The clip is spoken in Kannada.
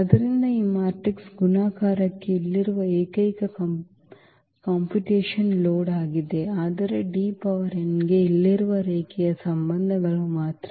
ಆದ್ದರಿಂದ ಈ ಮ್ಯಾಟ್ರಿಕ್ಸ್ ಗುಣಾಕಾರಕ್ಕೆ ಇಲ್ಲಿರುವ ಏಕೈಕ ಕಂಪ್ಯೂಟೇಶನ್ ಲೋಡ್ ಆಗಿದೆ ಆದರೆ D ಪವರ್ n ಗೆ ಇಲ್ಲಿರುವ ರೇಖೀಯ ಸಂಬಂಧಗಳು ಮಾತ್ರ